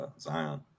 Zion